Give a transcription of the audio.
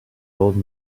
old